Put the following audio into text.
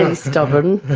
and stubborn.